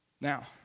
Now